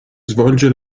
svolge